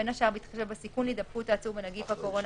בשל הכרזה על הגבלה חלקית או בשל הכרזה על הגבלה מלאה,